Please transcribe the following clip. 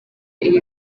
iri